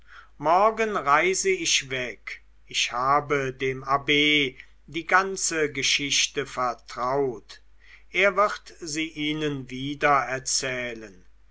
morgen reise ich weg ich habe dem abb die ganze geschichte vertraut er wird sie ihnen